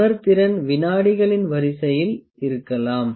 உணர்திறன் விநாடிகளின் வரிசையில் இருக்கலாம்